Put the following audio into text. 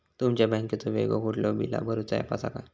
तुमच्या बँकेचो वेगळो कुठलो बिला भरूचो ऍप असा काय?